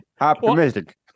Optimistic